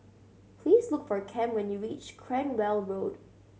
please look for Cam when you reach Cranwell Road